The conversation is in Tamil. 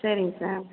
சரிங் சார்